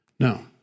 No